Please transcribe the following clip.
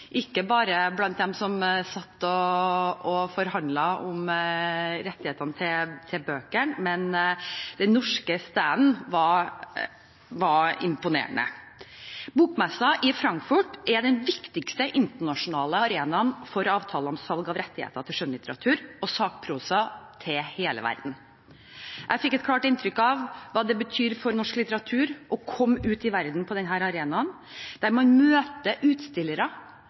ikke bare blant dem som satt og forhandlet om rettighetene til bøker, men den norske standen var imponerende. Bokmessen i Frankfurt er den viktigste internasjonale arenaen for avtaler om salg av rettigheter til skjønnlitteratur og sakprosa til hele verden. Jeg fikk et klart inntrykk av hva det betyr for norsk litteratur å komme ut i verden på denne arenaen, der man møter utstillere